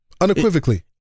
Unequivocally